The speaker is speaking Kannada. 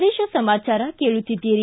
ಪ್ರದೇಶ ಸಮಾಚಾರ ಕೇಳುತ್ತೀದ್ದಿರಿ